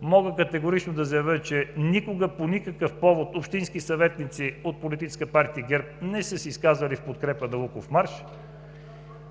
мога категорично да заявя, че никога, по никакъв повод общинските съветници от Политическа партия ГЕРБ не са се изказвали в подкрепа на Луковмарш.